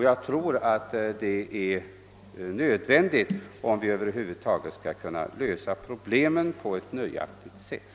Jag tror att detta är nödvändigt, om problemen skall kunna lösas på ett nöjaktigt sätt.